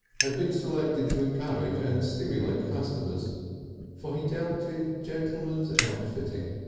had been selected to encourage and stimulate customers for he dealt in gentlemen's outfitting.